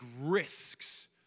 risks